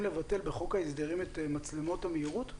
לבטל בחוק ההסדרים את מצלמות המהירות?